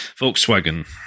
Volkswagen